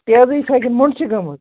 تیزے چھا کِنہٕ موٚنٛڈ چھِ گٔمژ